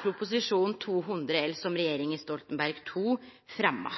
Prop. 200 L, som Stoltenberg II-regjeringa fremma.